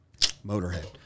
Motorhead